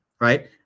right